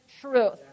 truth